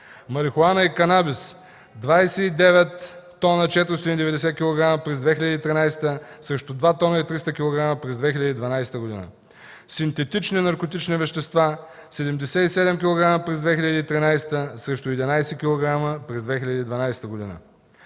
марихуана и канабис – 29 тона 490 кг. през 2013 г. срещу 2 тона 300 кг. през 2012 г.; синтетични наркотични вещества – 77 кг. през 2013 г. срещу 11 кг. през 2012 г.